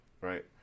right